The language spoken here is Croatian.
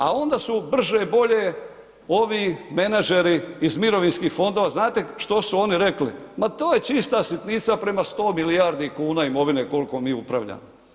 A onda su brže bolje ovi menadžeri iz mirovisnkih fondova, znate što su oni rekli, ma to je čista sitnica prema 100 milijardi kuna imovine koliko mi upravljamo.